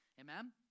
Amen